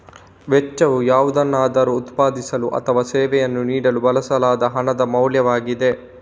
ವೆಚ್ಚವು ಯಾವುದನ್ನಾದರೂ ಉತ್ಪಾದಿಸಲು ಅಥವಾ ಸೇವೆಯನ್ನು ನೀಡಲು ಬಳಸಲಾದ ಹಣದ ಮೌಲ್ಯವಾಗಿದೆ